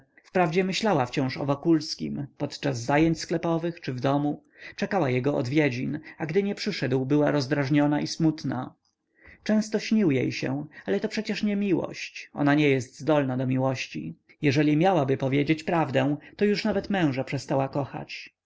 serce wprawdzie myślała wciąż o wokulskim podczas zajęć sklepowych czy w domu czekała jego odwiedzin a gdy nie przyszedł była rozdrażniona i smutna często śnił jej się ale to przecie nie miłość ona nie jest zdolna do miłości jeżeli miałaby powiedzieć prawdę to już nawet męża przestała kochać